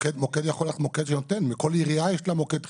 מוקד יכול --- לכל עירייה יש מוקד חירום,